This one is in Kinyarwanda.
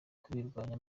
kubirwanya